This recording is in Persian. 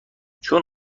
چون